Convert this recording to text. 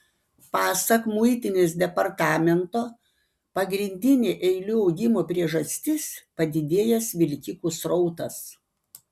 pasak muitinės departamento pagrindinė eilių augimo priežastis padidėjęs vilkikų srautas